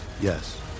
Yes